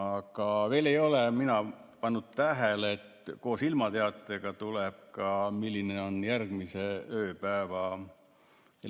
Aga veel ei ole mina pannud tähele, et koos ilmateatega tuleb ka [teade], milline on järgmise ööpäeva